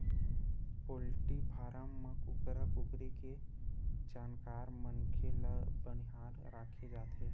poultry farm म कुकरा कुकरी के जानकार मनखे ल बनिहार राखे जाथे